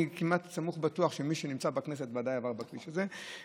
אני כמעט סמוך בטוח שמי שנמצא בכנסת ודאי עבר בכביש הזה.